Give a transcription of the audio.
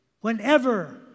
whenever